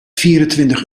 vierentwintig